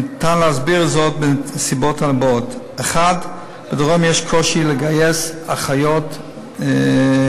ניתן להסביר זאת בסיבות הבאות: 1. בדרום יש קושי לגייס אחיות ורופאים.